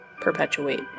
perpetuate